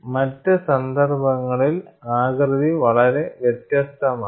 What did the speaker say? മറ്റ് സന്ദർഭങ്ങളിൽ ആകൃതി വളരെ വ്യത്യസ്തമാണ്